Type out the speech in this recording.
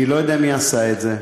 אני לא יודע מי עשה את זה,